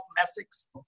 Essex